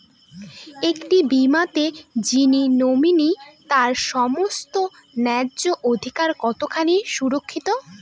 একটি বীমাতে যিনি নমিনি তার সমস্ত ন্যায্য অধিকার কতখানি সুরক্ষিত?